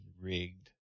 rigged